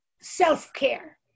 self-care